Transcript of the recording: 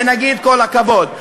ונגיד כל הכבוד.